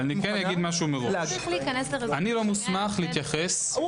אבל אומר משהו מראש - אני לא מוסמך להתייחס- -- הוא